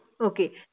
Okay